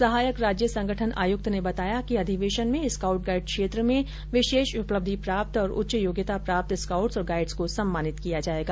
सहायक राज्य संगठन आयुक्त ने बताया कि अधिवेशन में स्काउट गाइड क्षेत्र में विशेष उपलब्धि प्राप्त और उच्च योग्यता प्राप्त स्काउट्स और गाइड्स को सम्मानित किया जायेगा